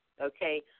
Okay